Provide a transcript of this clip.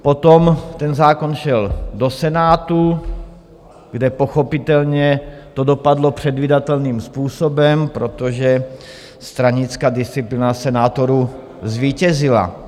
Potom ten zákon šel do Senátu, kde pochopitelně to dopadlo předvídatelným způsobem, protože stranická disciplína senátorů zvítězila.